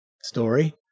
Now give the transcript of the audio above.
story